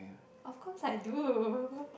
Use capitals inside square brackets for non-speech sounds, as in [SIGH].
of course I do [LAUGHS]